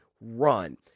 run